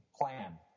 plan